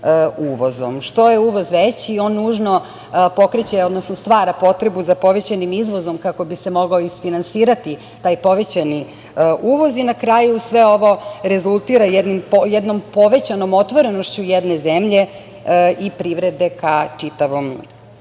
Što je uvoz veći, on nužno pokreće, odnosno stvara potrebu za povećanim izvozom kako bi se mogao isfinansirati taj povećani uvoz i na kraju sve ovo rezultira jednom povećanom otvorenošću jedne zemlje i privrede ka čitavom